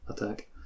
attack